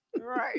Right